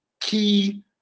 key